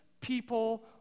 people